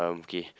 okay